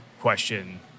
question